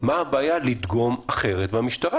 מה הבעיה לדגום אחרת מהמשטרה?